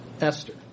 Esther